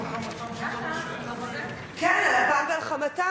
על אפם ועל חמתם